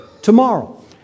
Tomorrow